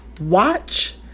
watch